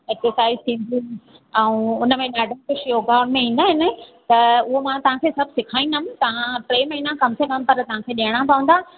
exercise थींदीयूं ऐं उन में ॾाढा कुझु योगा में ईंदा आहिनि त उहो मां तव्हांखे सभु सेखारींदमि तव्हां टे महीना कम से कम पर तव्हांखे ॾियणा पवंदा